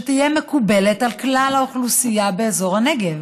שתהיה מקובלת על כלל האוכלוסייה באזור הנגב.